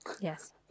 Yes